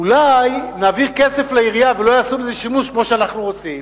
אולי נעביר כסף לעירייה ולא יעשו בזה שימוש כמו שאנחנו רוצים?